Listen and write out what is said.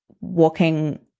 walking